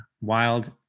wild